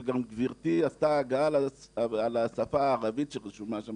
וגם גברתי עשתה הגהה לשפה הערבית שרשומה שם,